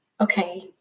okay